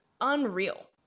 unreal